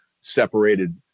separated